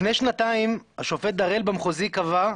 לפני שנתיים השופט דראל במחוזי קבע,